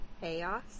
chaos